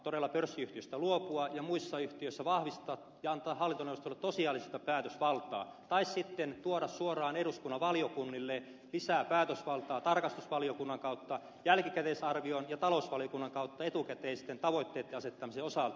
todella pörssiyhtiöissä luopua ja muissa yhtiöissä vahvistaa ja antaa hallintoneuvostolle tosiasiallista päätösvaltaa tai sitten tuoda suoraan eduskunnan valiokunnille lisää päätösvaltaa tarkastusvaliokunnan kautta jälkikäteisarvioon ja talousvaliokunnan kautta etukäteisten tavoitteitten asettamisen osalta